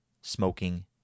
smoking